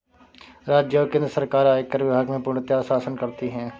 राज्य और केन्द्र सरकार आयकर विभाग में पूर्णतयः शासन करती हैं